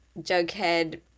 Jughead